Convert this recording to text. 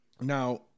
Now